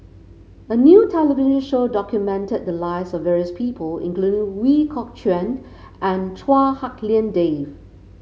a new television show documented the lives of various people including Ooi Kok Chuen and Chua Hak Lien Dave